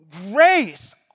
grace